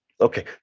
okay